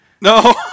No